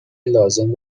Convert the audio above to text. لازم